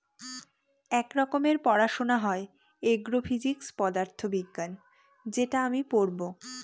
এক রকমের পড়াশোনা হয় এগ্রো ফিজিক্স পদার্থ বিজ্ঞান যেটা আমি পড়বো